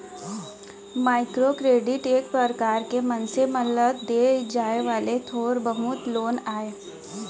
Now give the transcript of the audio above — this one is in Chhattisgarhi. माइक्रो करेडिट एक परकार के मनसे मन ल देय जाय वाले थोर बहुत के लोन आय